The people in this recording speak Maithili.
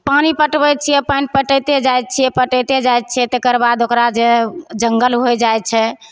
पानि पटबैत छियै पानि पटैते जाइत छियै पटैते जाइत छियै तेकरबाद ओकरा जे जङ्गल होइ जाइत छै